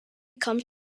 comes